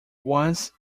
once